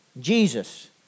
Jesus